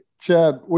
Chad